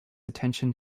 attention